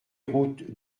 route